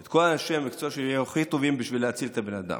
את כל אנשי המקצוע הכי טובים בשביל להחיות את בן האדם.